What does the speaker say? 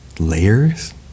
layers